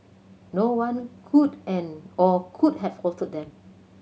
no one could and or could have faulted them